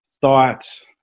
thoughts